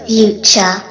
future